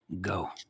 Go